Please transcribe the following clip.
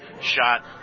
shot